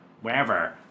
wherever